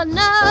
no